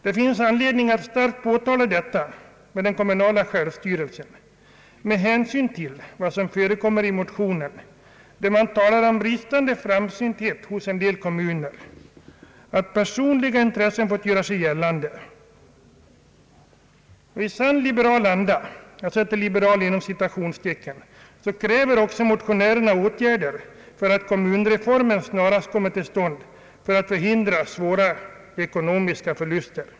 Det finns anledning att starkt understryka detta med hänsyn till vad som förekommer i motionen. Där talas om bristande framsynthet hos en del kommuner, att personliga intressen fått göra sig gällande. I sann »liberal» anda kräver också motionärerna åtgärder för att kommunreformen snarast skall komma till stånd att förhindra svåra ekonomiska förluster.